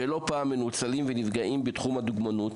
שלא פעם נפגעים ומנוצלים בתחום הדוגמנות,